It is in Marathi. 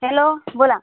हॅलो बोला